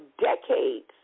decades